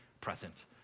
present